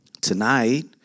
Tonight